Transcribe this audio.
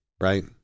Right